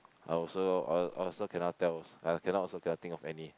I also I I also cannot tell I cannot also cannot think of any